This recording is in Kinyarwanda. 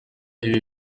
ibi